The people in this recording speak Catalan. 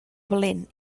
valent